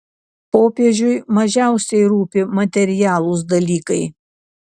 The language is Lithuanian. popiežiui mažiausiai rūpi materialūs dalykai